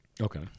Okay